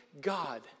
God